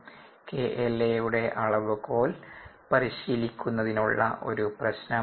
KLa യുടെ അളവുകോൽ പരിശീലിക്കുന്നതിനുള്ള ഒരു പ്രശ്നമാണിത്